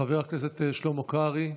חבר הכנסת שלמה קרעי,